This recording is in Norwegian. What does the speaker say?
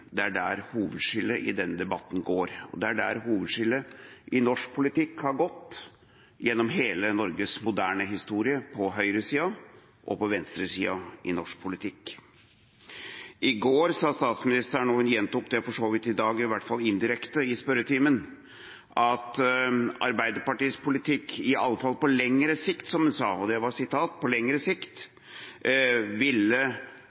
det er der hovedskillet i denne debatten går. Og det er der hovedskillet mellom høyresida og venstresida i norsk politikk har gått gjennom hele Norges moderne historie. I går sa statsministeren i spørretimen – og hun gjentok det for så vidt i dag, i hvert fall indirekte – at Arbeiderpartiets politikk, iallfall på «lang sikt», som hun sa, og det var sitat